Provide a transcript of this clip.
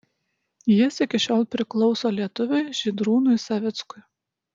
jis iki šiol priklauso lietuviui žydrūnui savickui